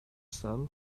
son